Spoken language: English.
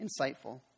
insightful